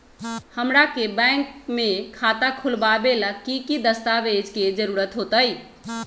हमरा के बैंक में खाता खोलबाबे ला की की दस्तावेज के जरूरत होतई?